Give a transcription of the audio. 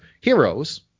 heroes